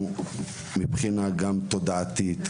מבחינה ביטחונית ומבחינה תודעתית,